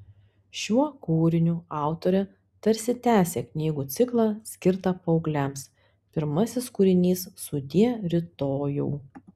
šiuo kūriniu autorė tarsi tęsia knygų ciklą skirtą paaugliams pirmasis kūrinys sudie rytojau